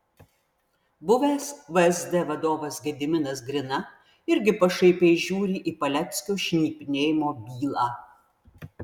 buvęs vsd vadovas gediminas grina irgi pašaipiai žiūri į paleckio šnipinėjimo bylą